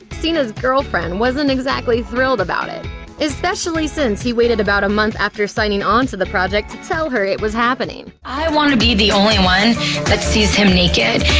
cena's girlfriend wasn't exactly thrilled about it especially since he waited about a month after signing onto the project to tell her it was happening. i want to be the only one that sees him naked.